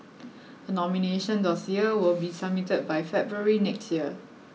a nomination dossier will be submitted by February next year